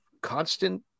constant